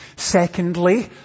Secondly